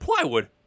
Plywood